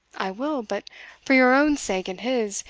i will but for your own sake and his,